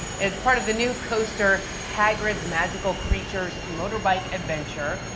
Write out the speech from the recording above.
it's part of the new coaster hagrid's magical creatures motorbike adventure.